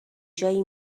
جایی